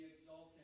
exalted